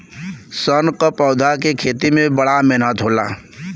सन क पौधा के खेती में बड़ा मेहनत होला